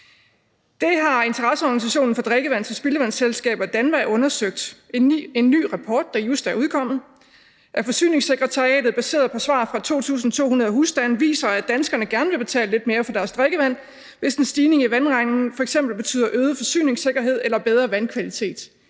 Det har interesseorganisationen for drikkevands- og spildevandsselskaber, DANVA, undersøgt. En ny rapport, der netop er udkommet fra Forsyningssekretariatet baseret på svar fra 2.200 husstande, viser, at danskerne gerne vil betale lidt mere for deres drikkevand, hvis en stigning i vandregningen f.eks. betyder øget forsyningssikkerhed eller bedre vandkvalitet.